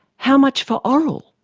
how much for oral?